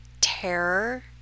terror